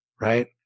right